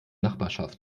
nachbarschaft